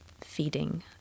feeding